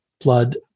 blood